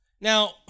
Now